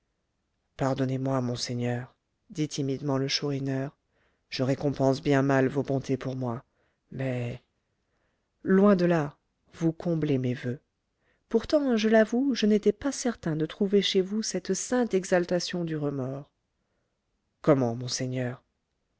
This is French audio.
pardonnez-moi monseigneur dit timidement le chourineur je récompense bien mal vos bontés pour moi mais loin de là vous comblez mes voeux pourtant je l'avoue je n'étais pas certain de trouver chez vous cette sainte exaltation du remords comment monseigneur